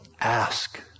ask